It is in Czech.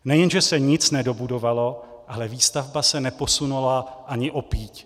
Nejen že se nic nedobudovalo, ale výstavba se neposunula ani o píď.